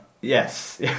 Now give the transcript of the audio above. Yes